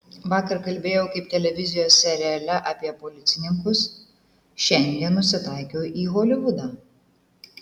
vakar kalbėjau kaip televizijos seriale apie policininkus šiandien nusitaikiau į holivudą